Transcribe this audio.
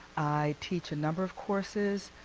i teach a number of courses,